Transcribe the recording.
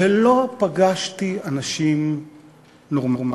ולא פגשתי אנשים נורמליים.